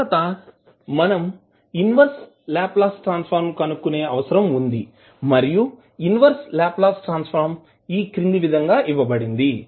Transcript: తరువాత మనం inverse Laplace transform కనుక్కునే అవసరం వుంది మరియు ఇన్వర్స్ లాప్లాస్ ట్రాన్సఫర్మ్ ఈ క్రింది విధంగా ఇవ్వబడింది